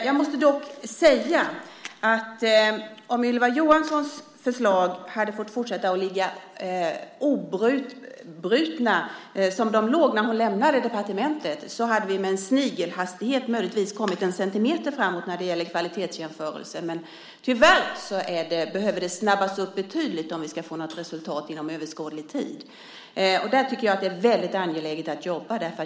Jag måste dock säga att om Ylva Johanssons förslag hade fått fortsätta ligga fast som de låg när hon lämnade departementet hade vi med snigelhastighet möjligtvis kommit en centimeter framåt när det gäller kvalitetsjämförelser. Tyvärr behöver det snabbas upp betydligt om vi ska få något resultat inom överskådlig tid. Där tycker jag att det är väldigt angeläget att jobba.